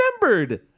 remembered